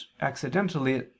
accidentally